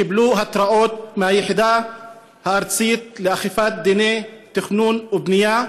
קיבלו התראות מהיחידה הארצית לאכיפת דיני התכנון והבנייה,